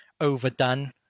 overdone